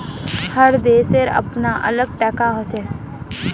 हर देशेर अपनार अलग टाका हछेक